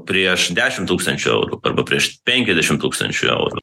prieš dešimt tūkstančių eurų arba prieš penkiasdešimt tūkstančių eurų